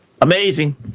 Amazing